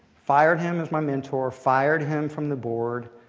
fired him as my mentor, fired him from the board,